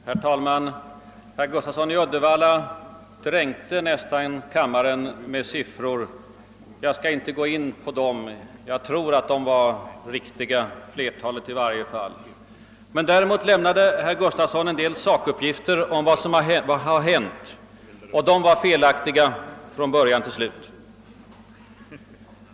Herr talman! Herr Gustafsson i Uddevalla dränkte nästan kammaren med siffror. Jag skall inte gå in på dem. Jag tror att de var riktiga — flertalet av dem i varje fall. Däremot lämnade herr Gustafsson en del sakuppgifter om vad som hänt, men de var felaktiga från början till slut.